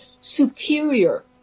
superior